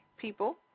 people